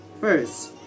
first